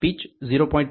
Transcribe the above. pitch 0